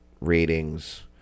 ratings